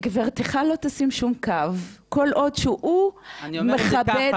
גברתך לא תשים שום קו כל עוד שהוא מכבד --- אני אומר את זה ככה,